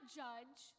judge